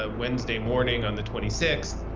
ah wednesday morning on the twenty sixth,